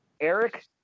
Eric